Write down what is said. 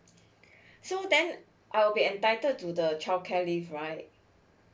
so then I'll be entitled to the childcare leave right